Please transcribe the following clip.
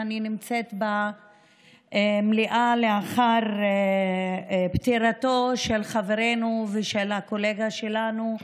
שאני נמצאת במליאה לאחר פטירתו של חברנו והקולגה שלנו,